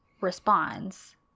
responds